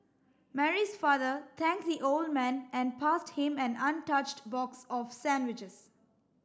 Mary's father thanked the old man and passed him an untouched box of sandwiches